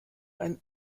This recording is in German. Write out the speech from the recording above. ein